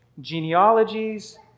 genealogies